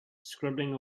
scribbling